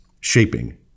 shaping